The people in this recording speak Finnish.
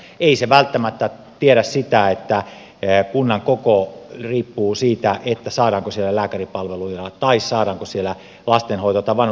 ei se välttämättä tiedä sitä että kunnan koko riippuu siitä saadaanko siellä lääkäripalveluja tai saadaanko siellä lastenhoito tai vanhustenhuoltopalveluja